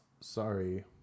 sorry